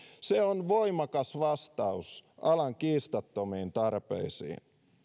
se on voimakas vastaus alan kiistattomiin tarpeisiin